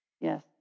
yes